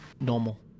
normal